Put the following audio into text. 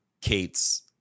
Kate's